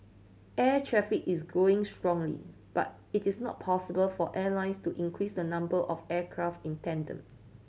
air traffic is growing strongly but it is not possible for airlines to increased the number of aircraft in tandem